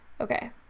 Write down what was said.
Okay